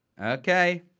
Okay